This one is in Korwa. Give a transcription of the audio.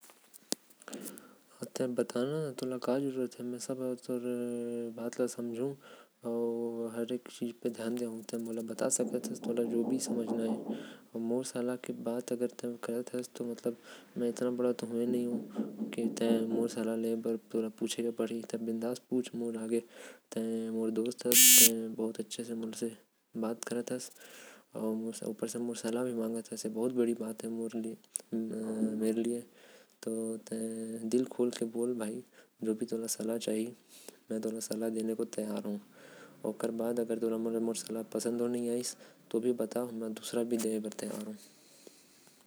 हव बता तोके काबर सलाह चाही। में तोके सलाह देहु तोर सब बात सुनहु। फिर तोके सलाह देहु ते अगर मोर सलाह। मानत हस तो बहुत बड़का बात है। एकर बर ते मोके सब बता की तोके कोची बर सलाह चाही। अउ मोर सलाह नहीं जमहि। तबो बताबे फिर तोके कोई दूसर सलाह देहु।